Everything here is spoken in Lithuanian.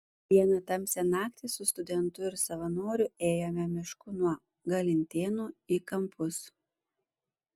vieną tamsią naktį su studentu ir savanoriu ėjome mišku nuo galintėnų į kampus